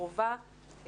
קרובה,